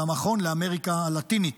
והמכון לאמריקה הלטינית.